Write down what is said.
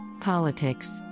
Politics